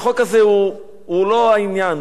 החוק הזה הוא לא העניין,